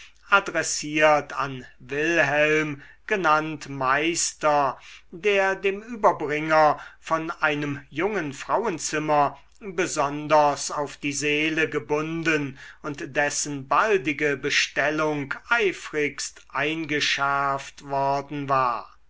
adressiert an wilhelm genannt meister der dem überbringer von einem jungen frauenzimmer besonders auf die seele gebunden und dessen baldige bestellung eifrigst eingeschärft worden war